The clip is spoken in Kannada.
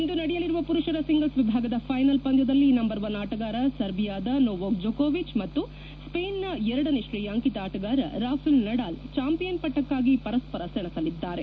ಇಂದು ನಡೆಯಲಿರುವ ಪುರುಷರ ಸಿಂಗಲ್ಲ್ ವಿಭಾಗದ ಫೈನಲ್ ಪಂದ್ಯದಲ್ಲಿ ನಂಬರ್ ಒನ್ ಆಟಗಾರ ಸರ್ಬಿಯಾದ ನೊವಾಕ್ ಜೋಕೊವಿಚ್ ಮತ್ತು ಸ್ಪೇನಿನ ಎರಡನೇ ಶ್ರೇಯಾಂಕಿತ ಆಟಗಾರ ರಾಫೆಲ್ ನಡಾಲ್ ಚಾಂಪಿಯನ್ ಪಟ್ಟಕ್ಕಾಗಿ ಪರಸ್ಪರ ಸೆಣಸಲಿದ್ದಾರೆ